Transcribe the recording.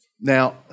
Now